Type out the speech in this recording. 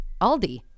Aldi